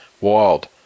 Wild